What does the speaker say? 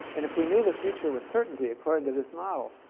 and if we knew the future with certainty, according to this model,